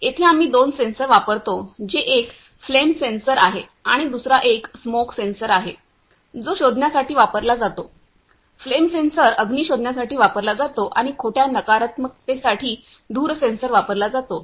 येथे आम्ही दोन सेन्सर वापरतो जे एक फ्लेम सेन्सर आहे आणि दुसरा एक स्मोक सेन्सर आहे जो शोधण्यासाठी वापरला जातो फ्लेम सेन्सर अग्नि शोधण्यासाठी वापरला जातो आणि खोट्या नकारात्मकतेसाठी धूर सेन्सर वापरला जातो